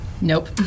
Nope